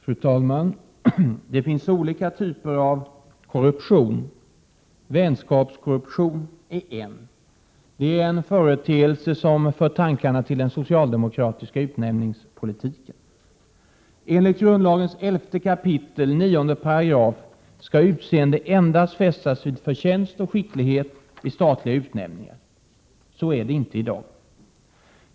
Fru talman! Det finns olika typer av korruption. Vänskapskorruption är en typ. Det är en företeelse som för tankarna till den socialdemokratiska utnämningspolitiken. Enligt grundlagens 11 kap. 9 § skall avseende fästas endast vid förtjänst och skicklighet vid statliga utnämningar. Så är det inte i dag.